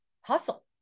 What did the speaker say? hustle